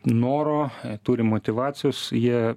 noro turi motyvacijos jie